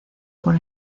por